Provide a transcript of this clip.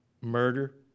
murder